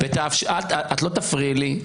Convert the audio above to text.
את לא תפריע לי.